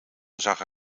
zag